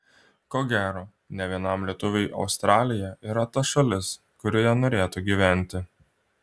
ko gero ne vienam lietuviui australija yra ta šalis kurioje norėtų gyventi